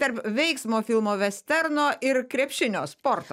tarp veiksmo filmo vesterno ir krepšinio sporto